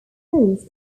post